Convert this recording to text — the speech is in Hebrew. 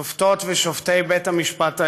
שופטות ושופטי בית המשפט העליון,